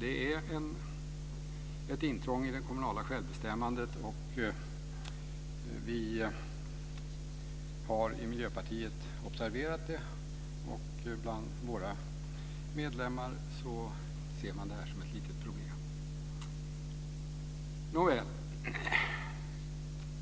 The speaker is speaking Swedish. Det är ett intrång i det kommunala självbestämmandet. Vi har i Miljöpartiet observerat det. Bland våra medlemmar ses detta som ett litet problem. Nåväl.